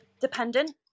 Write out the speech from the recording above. dependent